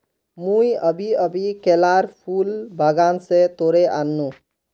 मुई अभी अभी केलार फूल बागान स तोड़े आन नु